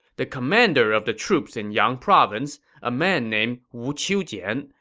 the commander of the troops in yang province, a man named wu qiujiang,